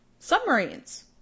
submarines